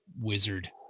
wizard